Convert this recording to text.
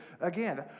Again